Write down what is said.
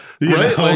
Right